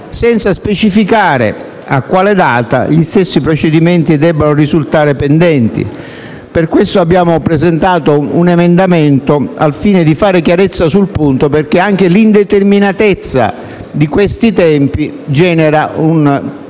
senza specificare a quale data gli stessi procedimenti debbano risultare tali. Per questo motivo abbiamo presentato un emendamento, al fine di fare chiarezza sul punto, perché anche l'indeterminatezza, di questi tempi, genera perplessità